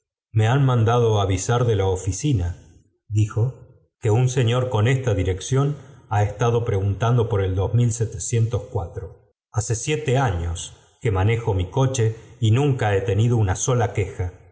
me han mandado avisar de la oficina dijo que un señor con esta dirección ha estado preguntando por el hace siete años que manejo mi coche y nunca he tenido una sola queja